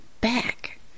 back